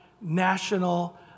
national